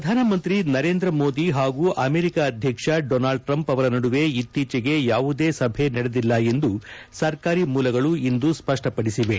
ಪ್ರಧಾನಮಂತ್ರಿ ನರೇಂದ್ರಮೋದಿ ಹಾಗೂ ಅಮೆರಿಕ ಅಧ್ಯಕ್ಷ ಡೊನಾಲ್ಡ್ ಟ್ರಂಪ್ ಅವರ ನಡುವೆ ಇತ್ತೀಚೆಗೆ ಯಾವುದೇ ಸಭೆ ನಡೆದಿಲ್ಲ ಎಂದು ಸರ್ಕಾರಿ ಮೂಲಗಳು ಇಂದು ಸ್ಪಷ್ಪಡಿಸಿವೆ